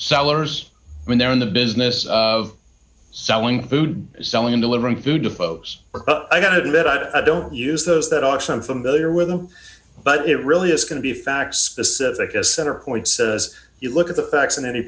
sellers when they're in the business of selling food selling delivering food to folks i don't admit i don't use those that are some familiar with them but it really is going to be fact specific a center point says you look at the facts in any